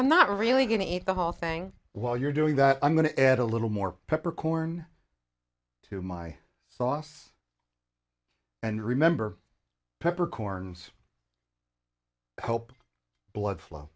i'm not really going to eat the whole thing while you're doing that i'm going to add a little more peppercorn to my sauce and remember peppercorns hope blood flow